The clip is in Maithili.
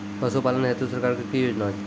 पशुपालन हेतु सरकार की योजना?